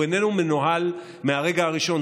הוא איננו מנוהל מהרגע הראשון.